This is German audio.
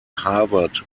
harvard